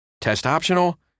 Test-optional